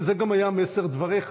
וזה גם היה מסר דבריך,